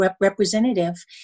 representative